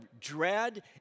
dread